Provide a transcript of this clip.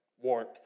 warmth